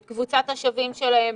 את קבוצת השווים שלהם,